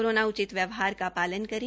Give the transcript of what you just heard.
corona उचित व्यवहार का पालन करें